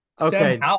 Okay